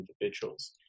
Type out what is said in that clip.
individuals